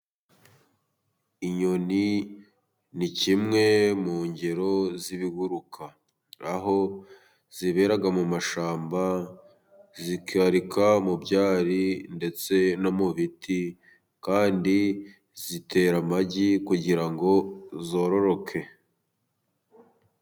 Inyoni ni kimwe mu ngero z'ibiguruka aho zibera mu mashyamba zikarika mu byari ndetse no mu biti kandi zitera amagi kugira ngo zororoke.